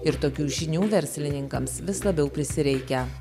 ir tokių žinių verslininkams vis labiau prisireikia